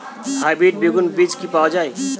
Hybrid বেগুন বীজ কি পাওয়া য়ায়?